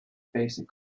basic